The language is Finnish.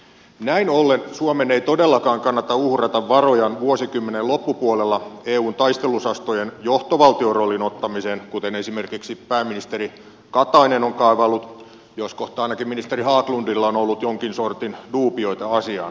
näin ollen suomen ei todellakaan kannata uhrata varojaan vuosikymmenen loppupuolella eun taisteluosastojen johtovaltioroolin ottamiseen kuten esimerkiksi pääministeri katainen on kaavaillut jos kohta ainakin ministeri haglundilla on ollut jonkin sortin duubioita asiaan